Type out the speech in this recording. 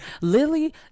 Lily